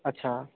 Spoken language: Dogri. अच्छा